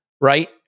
right